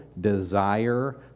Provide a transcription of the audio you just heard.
desire